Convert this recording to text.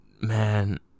man